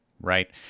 Right